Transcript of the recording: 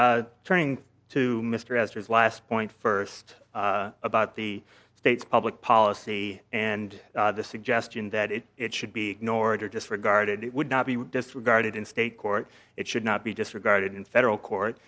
abruptly turning to mr hastert last point first about the state's public policy and the suggestion that it it should be ignored or disregarded it would not be disregarded in state court it should not be disregarded in federal court